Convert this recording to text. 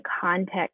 context